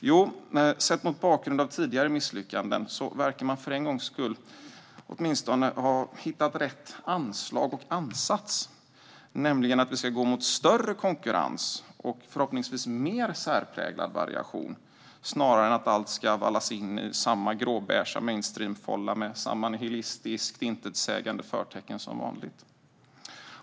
Jo, mot bakgrund av tidigare misslyckanden verkar man för en gång skull åtminstone ha hittat rätt anslag och ansats, nämligen att vi ska gå mot större konkurrens och förhoppningsvis mer särpräglad variation, snarare än att allt ska vallas in i samma gråbeige mainstreamfålla med samma nihilistiskt intetsägande förtecken som vanligt.